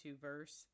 verse